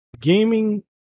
gaming